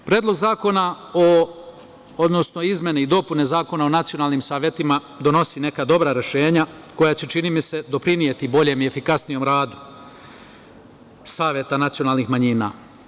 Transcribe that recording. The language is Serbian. Predlog zakona, odnosno izmene i dopune Zakona o nacionalnim savetima donosi neka dobra rešenja koja će čini mi se doprineti boljem i efikasnijem radu saveta nacionalnih manjina.